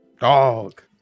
Dog